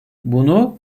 bunu